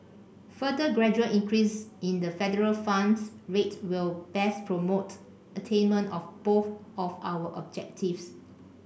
further gradual increase in the federal funds rate will best promote attainment of both of our objectives